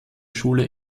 schule